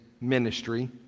ministry